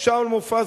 שאול מופז,